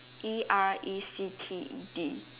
E L E C T E D